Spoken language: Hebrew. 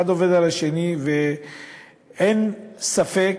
אחד עובד על השני, ואין ספק